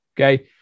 Okay